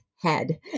head